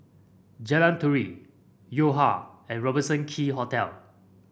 Jalan Turi Yo Ha and Robertson Quay Hotel